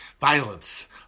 Violence